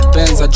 Benz